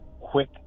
quick